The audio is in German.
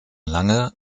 lange